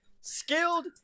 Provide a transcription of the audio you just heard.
skilled